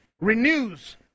Renews